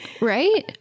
right